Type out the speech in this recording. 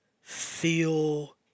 feel